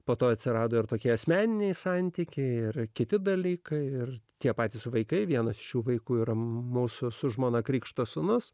po to atsirado ir tokie asmeniniai santykiai ir kiti dalykai ir tie patys vaikai vienas šių vaikų ir mūsų su žmona krikšto sūnus